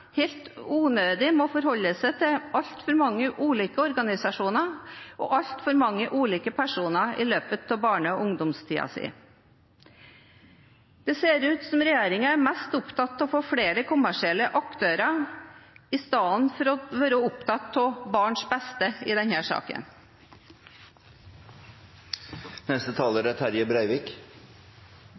helt unødig må forholde seg til altfor mange ulike organisasjoner og altfor mange ulike personer i løpet av barne- og ungdomstiden sin. Det ser ut som om regjeringen er mest opptatt av å få flere kommersielle aktører istedenfor å være opptatt av barns beste i denne saken.